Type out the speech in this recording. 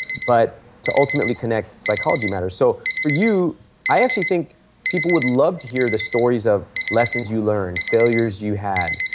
but, to ultimately connect, psychology matters. so, for your i actually think people would love to hear the stories of lessons you learned, failures you had,